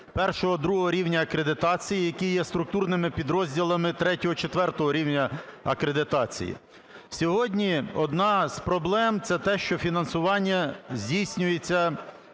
закладів І-ІІ рівня акредитації, які є структурними підрозділами ІІІ-ІV рівня акредитації. Сьогодні одна з проблем – це те, що фінансування здійснюється